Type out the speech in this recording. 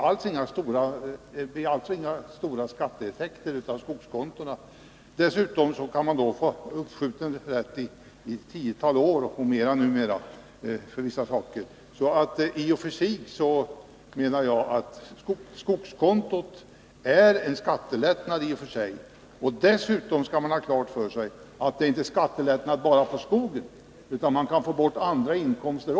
Dessutom kan man numera få skjuta upp uttagen ett tiotal år eller mera, så i och för sig menar jag att skogskontot innebär en skattelättnad. Dessutom skall man ha klart för sig att det blir en skattelättnad inte bara på skogen utan också på andra inkomster.